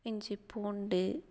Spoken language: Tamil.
இஞ்சி பூண்டு